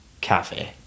cafe